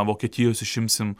vokietijos išimsim